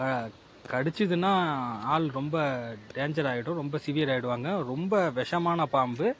க கடிச்சுதுன்னா ஆள் ரொம்ப டேஞ்ஜர் ஆயிடும் ரொம்ப சிவியர் ஆயிடுவாங்க ரொம்ப விஷமான பாம்பு